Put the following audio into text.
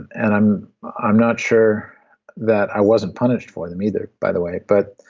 and i'm i'm not sure that i wasn't punished for them either by the way. but